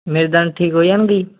ਮੇਰੇ ਦੰਦ ਠੀਕ ਹੋ ਜਾਣਗੇ ਜੀ